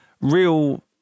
real